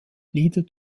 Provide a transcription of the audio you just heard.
lieder